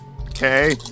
Okay